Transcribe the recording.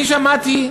אני שמעתי שלאחרונה,